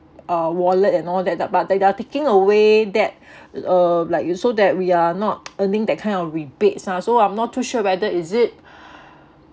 uh wallet and all that the but they are taking away that uh like you so that we are not earning that kind of rebates ah so I'm not too sure whether is it